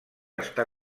està